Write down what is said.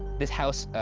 this house